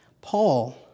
Paul